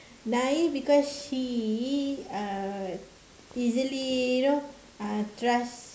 naive because she uh easily you know uh trust